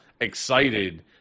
excited